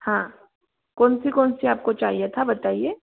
हाँ कौन सी कौन सी आपको चाहिए था बताइए